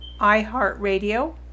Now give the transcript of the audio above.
iHeartRadio